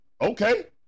Okay